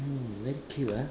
mm very cute ah